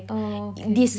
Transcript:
oh okay